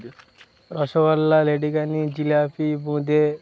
rasgulla ledikeni jalebi বোঁদে